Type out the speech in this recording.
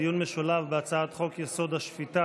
דיון משולב בהצעת חוק-יסוד: השפיטה